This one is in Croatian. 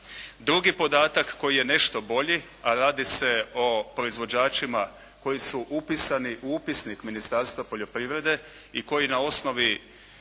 Drugi podatak koji je nešto bolji a radi se o proizvođačima koji su upisani u upisnik Ministarstva poljoprivrede i koji na osnovi